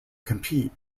compete